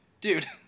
Dude